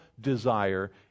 desire